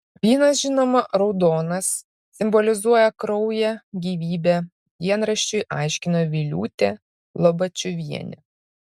vynas žinoma raudonas simbolizuoja kraują gyvybę dienraščiui aiškino viliūtė lobačiuvienė